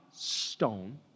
stone